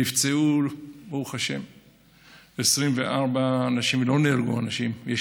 נפצעו 24 אנשים, לא נהרגו אנשים, ברוך השם.